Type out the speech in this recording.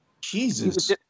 Jesus